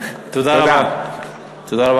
"וקנה לך חבר".